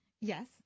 Yes